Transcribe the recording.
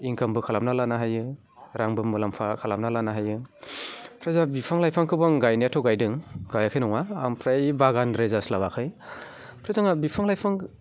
इनकामबो खालामना लानो हायो रांबो मुलाम्फा खालामना लानो हायो ओमफ्राय जोंहा बिफां लाइफांखौबो आं गायनायाथ' गायदों गायाखै नङा ओमफ्राय बागानद्राय जास्लाबाखै ओमफ्राय जोंहा बिफां लाइफां